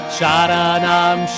Sharanam